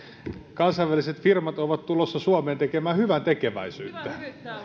kansainväliset firmat ovat tulossa suomeen tekemään hyväntekeväisyyttä